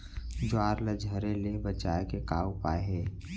ज्वार ला झरे ले बचाए के का उपाय हे?